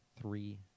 three